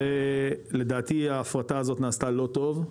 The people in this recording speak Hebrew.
ולדעתי ההפרטה הזאת נעשתה לא טוב,